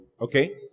Okay